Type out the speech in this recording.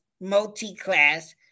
multi-class